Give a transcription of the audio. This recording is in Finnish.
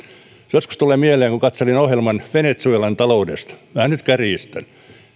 joskus tulee mieleen se kun katselin ohjelman venezuelan taloudesta vähän nyt kärjistän